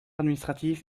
administratif